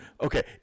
Okay